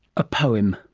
a poem,